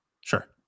Sure